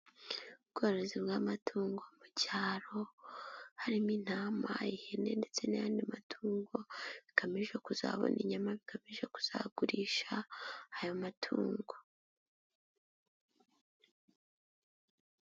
Ubworozi bw'amatungo mu cyaro, harimo intama, ihene ndetse n'andi matungo, bigamije kuzabona inyama, bigamije kuzagurisha ayo matungo.